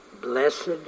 Blessed